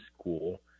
school